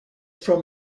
from